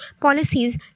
Policies